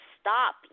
stop